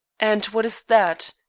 and what is that?